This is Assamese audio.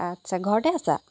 আচ্ছা ঘৰতে আছা